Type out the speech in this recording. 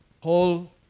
whole